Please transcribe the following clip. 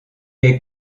est